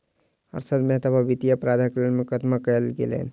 हर्षद मेहता पर वित्तीय अपराधक लेल मुकदमा कयल गेलैन